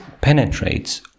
penetrates